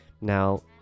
Now